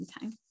time